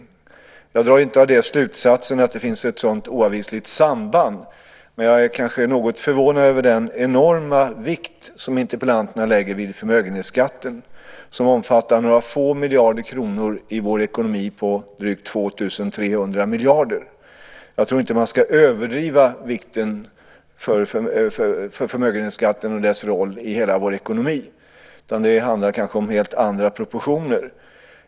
Av det drar jag inte slutsatsen att det finns ett sådant oavvisligt samband men är kanske något förvånad över den enorma vikt som interpellanterna lägger vid förmögenhetsskatten, som omfattar några få miljarder kronor i vår ekonomi om drygt 2 300 miljarder. Jag tror inte att man ska överdriva förmögenhetsskattens vikt och roll i hela vår ekonomi, utan det handlar kanske om helt andra proportioner.